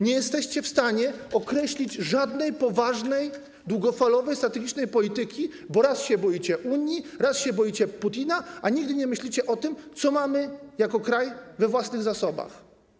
Nie jesteście w stanie określić żadnej poważnej i długofalowej, strategicznej polityki, bo raz się boicie Unii, raz boicie się Putina, a nigdy nie myślicie o tym, co mamy jako kraj we własnych zasobach.